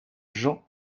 gens